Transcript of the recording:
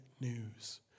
news